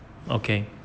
okay